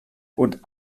und